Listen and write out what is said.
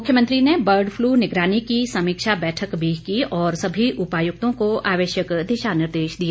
मुख्यमंत्री ने bird flu निगरानी की समीक्षा बैठक भी की और सभी उपायुक्तों को आवश्यक दिशा निर्देश दिए